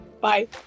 Bye